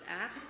app